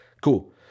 Cool